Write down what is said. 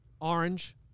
orange